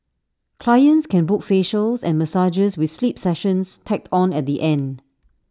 clients can book facials and massages with sleep sessions tacked on at the end